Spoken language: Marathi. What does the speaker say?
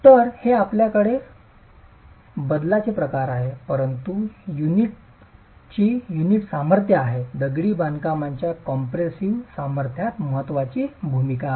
तर हे आपल्याकडे बदलण्याचे प्रकार आहे परंतु युनिटची युनिट सामर्थ्य आहे दगडी बांधकामाच्या कॉम्प्रेसिव्ह सामर्थ्यात महत्त्वाची भूमिका आहे